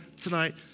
tonight